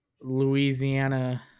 Louisiana